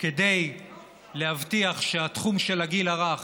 כדי להבטיח שתחום הגיל הרך